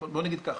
בוא נגיד ככה,